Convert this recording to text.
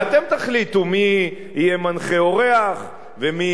ואתם תחליטו מי יהיה מנחה אורח ומי